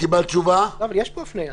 אבל יש פה הפנייה.